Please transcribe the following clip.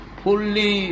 fully